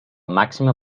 màxima